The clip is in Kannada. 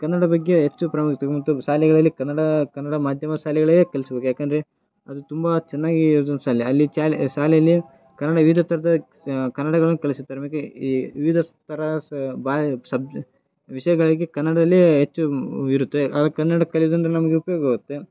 ಕನ್ನಡ ಬಗ್ಗೆ ಹೆಚ್ಚು ಪ್ರಾಮುಖ್ಯತೆ ಮತ್ತು ಶಾಲೆಗಳಲ್ಲಿ ಕನ್ನಡ ಕನ್ನಡ ಮಾಧ್ಯಮ ಶಾಲೆಗಳಲ್ಲೇ ಕಲ್ಸ್ಬೇಕು ಯಾಕಂದರೆ ಅದು ತುಂಬ ಚೆನ್ನಾಗಿ ಅದೊಂದು ಶಾಲೆ ಅಲ್ಲಿ ಶಾಲೆ ಶಾಲೇಲಿ ಕನ್ನಡ ವಿವಿಧ ಥರದ ಸ್ ಕನ್ನಡಗಳನ್ನು ಕಲಿಸುತ್ತಾರೆ ಆಮ್ಯಾಕೆ ಈ ವಿವಿಧ ಸ್ ಥರ ಸ್ ಬಾಯ್ ಸಬ್ಜೆ ವಿಷಯಗಳಿಗೆ ಕನ್ನಡದಲ್ಲಿಯೇ ಹೆಚ್ಚು ಇರುತ್ತೆ ಹಾಗಾಗಿ ಕನ್ನಡ ಕಲಿದ್ರಿಂದ ನಮಗೆ ಉಪಯೋಗವಾಗತ್ತೆ